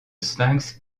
sphinx